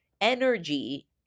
energy